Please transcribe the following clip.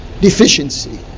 deficiency